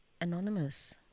Anonymous